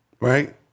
right